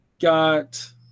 got